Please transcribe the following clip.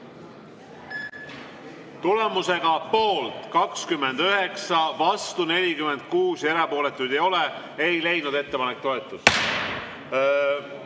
Tulemusega poolt 29, vastu 46 ja erapooletuid ei ole, ei leidnud ettepanek toetust.